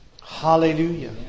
Hallelujah